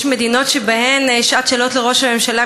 יש מדינות שבהן שעת שאלות לראש הממשלה